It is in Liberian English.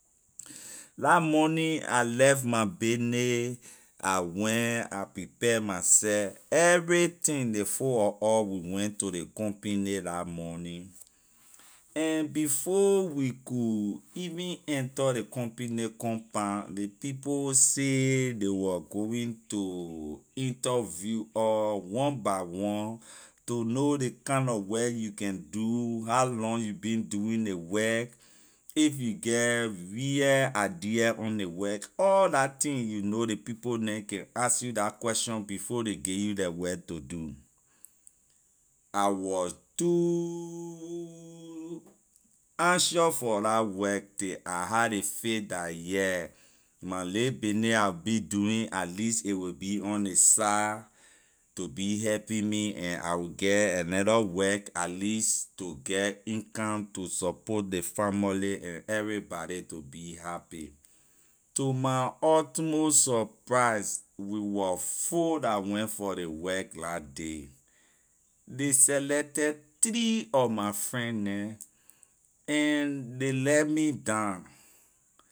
La morning I left my bayney I went I prepare myseh everything ley four wor us we went to ley company la morning and before we could even enter ley company compound ley people say ley wor going to interview or one by one to know ley kind nor work you can do how long you been doing ley work if you get real idea on ley work all la thing you know ley people neh can ask you la question before before ley give you la work to do I was too anxious for la work till I had ley faith dah yeah my lay business I be doing at least a will be on ley side to be helping me and I will get another work at least to get in come to support ley famorly and everybody to be happy to my utmost surprise we wor four la when for ley work la day ley selected three of my friend neh and ley leh me down.